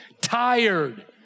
tired